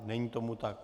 Není tomu tak.